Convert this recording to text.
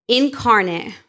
incarnate